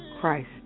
Christ